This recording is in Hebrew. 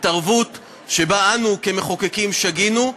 התערבות שבה אנו כמחוקקים שגינו,